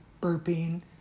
burping